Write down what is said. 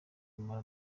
umumaro